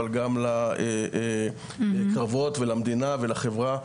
אבל גם לקרבות ולמדינה ולחברה,